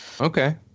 Okay